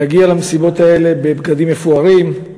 להגיע למסיבות האלה בבגדים מפוארים,